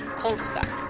cul-de-sac